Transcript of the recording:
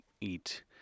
eat